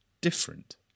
different